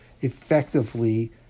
effectively